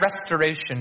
restoration